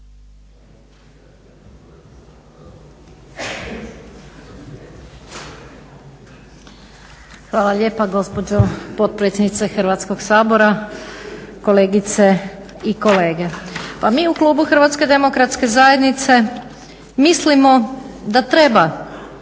Hvala lijepo gospođo potpredsjednice Hrvatskog sabora, kolegice i kolege. Pa mi u klubu Hrvatske demokratske zajednice mislimo da treba